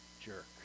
jerk